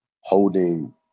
holding